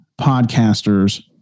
podcasters